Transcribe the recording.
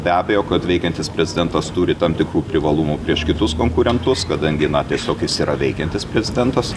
be abejo kad veikiantis prezidentas turi tam tikrų privalumų prieš kitus konkurentus kadangi na tiesiog jis yra veikiantis prezidentas